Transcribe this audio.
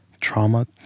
trauma